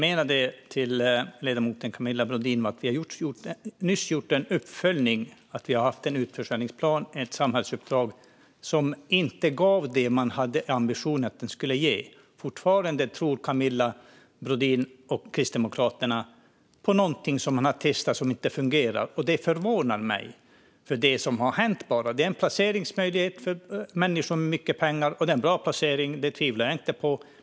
Fru talman! Vi har nyss gjort en uppföljning, Camilla Brodin. Det har funnits en utförsäljningsplan och ett samhällsuppdrag som inte gav det som det fanns en ambition att de skulle ge. Fortfarande tror Camilla Brodin och Kristdemokraterna på något som inte fungerar. Det förvånar mig. Det som har hänt är en placeringsmöjlighet för människor med mycket pengar, och jag tvivlar inte på att det är en bra placering.